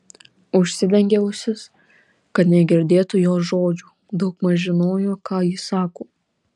užsidengė ausis kad negirdėtų jos žodžių daugmaž žinojo ką ji sako